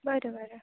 बरं बरं